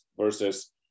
versus